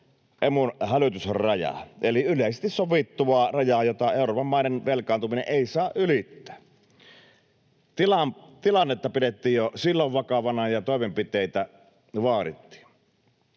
Emun hälytysrajaa eli yleisesti sovittua rajaa, jota Euroopan maiden velkaantuminen ei saa ylittää. Tilannetta pidettiin jo silloin vakavana ja toimenpiteitä vaadittiin.